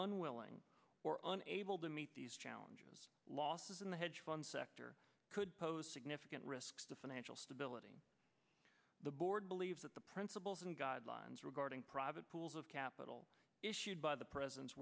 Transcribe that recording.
unwilling or unable to meet these challenges losses in the hedge fund sector could pose significant risks to financial stability the board believes that the principles and guidelines regarding private pools of capital issued by the president's